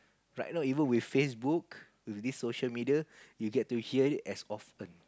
right now even with Facebook with this social media you get to hear it as often